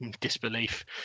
disbelief